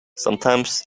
sometimes